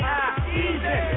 Easy